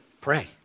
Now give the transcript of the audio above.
pray